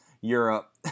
Europe